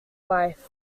life